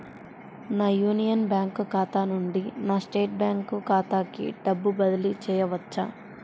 నా union bank ఖాతా నుండి నా స్టేట్ బ్యాంకు ఖాతాకి డబ్బు బదిలి చేయవచ్చా?